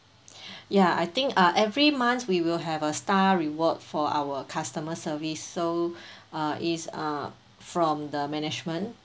ya I think uh every month we will have a star reward for our customer service so uh is uh from the management